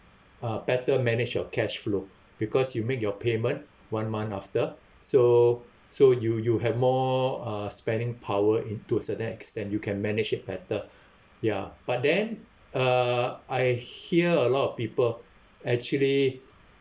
uh better manage your cash flow because you make your payment one month after so so you you have more uh spending power in towards the next then you can manage it better ya but then uh I hear a lot of people actually